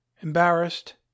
embarrassed